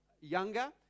younger